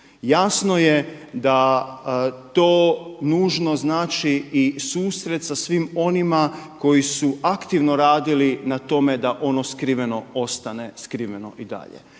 Jasno je da to nužno znači i susret sa svim onima koji su aktivno radili na tome da ono skriveno ostane skriveno i dalje.